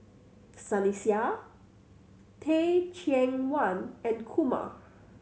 Sunny Sia Teh Cheang Wan and Kumar